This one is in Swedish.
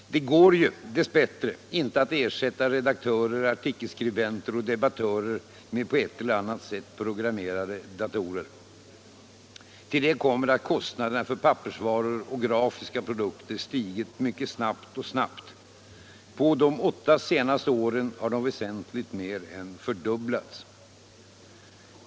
Det går ju — dess bättre — inte att ersätta redaktörer, artikelskribenter och debattörer med på ett eller annat sätt programmerade datorer. Till detta kommer att kostnaderna för pappersvaror och grafiska produkter stigit mycket starkt och snabbt. På de åtta senaste åren har de väsentligt mer än fördubblats.